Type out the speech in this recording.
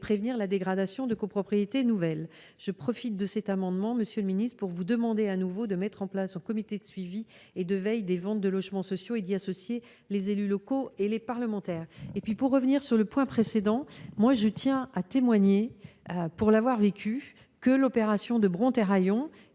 prévenir la dégradation de copropriétés nouvelles. Je profite de cet amendement, monsieur le ministre, pour vous demander de mettre en place un comité de suivi et de veille des ventes de logements sociaux et d'y associer les élus locaux et les parlementaires. Permettez-moi de revenir sur un point précédent. Pour l'avoir vécu, je peux témoigner que l'opération de Bron Terraillon,